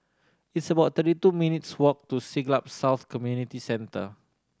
it's about thirty two minutes' walk to Siglap South Community Centre